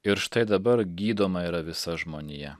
ir štai dabar gydoma yra visa žmonija